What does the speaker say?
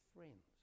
Friends